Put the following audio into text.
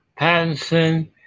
Pattinson